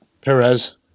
Perez